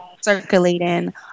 circulating